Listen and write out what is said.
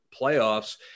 playoffs